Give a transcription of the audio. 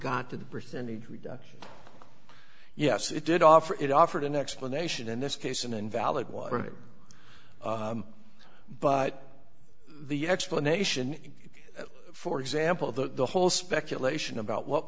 got to the birth and yes it did offer it offered an explanation in this case an invalid water but the explanation for example though the whole speculation about what